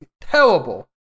terrible